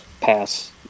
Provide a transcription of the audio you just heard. Pass